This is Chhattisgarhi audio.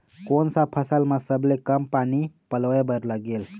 कोन सा फसल मा सबले कम पानी परोए बर लगेल?